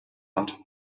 hat